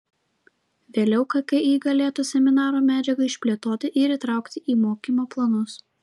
vėliau kki galėtų seminaro medžiagą išplėtoti ir įtraukti į mokymo planus